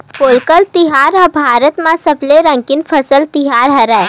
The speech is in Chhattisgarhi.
पोंगल तिहार ह भारत म सबले रंगीन फसल तिहार हरय